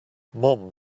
mom